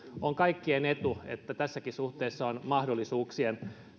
on kaikkien etu että tässäkin suhteessa on mahdollisuuksien